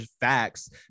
facts